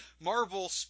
Marvel